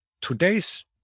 today's